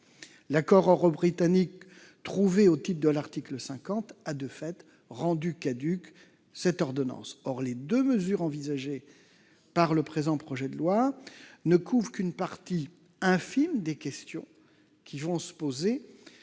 L'accord euro-britannique trouvé au titre de l'article 50 a rendu caduque cette ordonnance. Or les deux mesures envisagées par le présent projet de loi ne couvrent qu'une partie infime des questions qui vont se poser